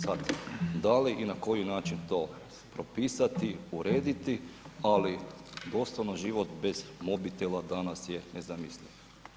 Sad da li i na koji način to propisati, urediti, ali doslovno život bez mobitela danas je nezamisliv.